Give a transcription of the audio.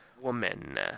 woman